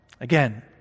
Again